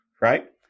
right